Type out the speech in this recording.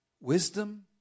Wisdom